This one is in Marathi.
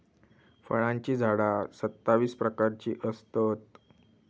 फळांची झाडा सत्तावीस प्रकारची असतत